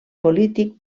polític